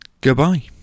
goodbye